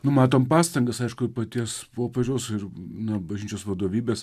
nu matom pastangas aišku paties popiežiaus ir na bažnyčios vadovybės